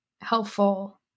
helpful